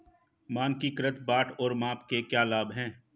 मानकीकृत बाट और माप के क्या लाभ हैं?